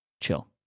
chill